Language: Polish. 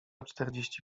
czterdzieści